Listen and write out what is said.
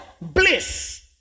bliss